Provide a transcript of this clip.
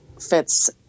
fits